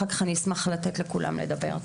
ואחר כך אני אשמח לתת לכולם לדבר.